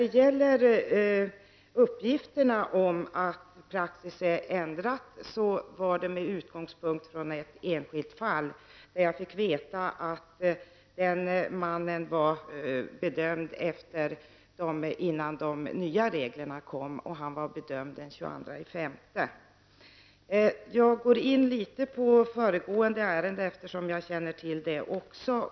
Uppgiften om att praxis har ändrats härrörde från ett enskilt fall. Jag fick veta att mannen hade bedömts, innan de nya reglerna kom, nämligen den Jag tänker något beröra föregående ärende, eftersom jag känner till även detta.